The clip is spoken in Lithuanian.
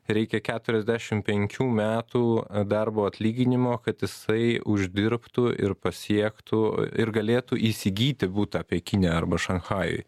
reikia keturiasdešim penkių metų darbo atlyginimo kad jisai uždirbtų ir pasiektų ir galėtų įsigyti butą pekine arba šanchajuj